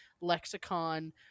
lexicon